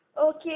Okay